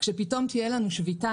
כשפתאום תהיה לנו שביתה,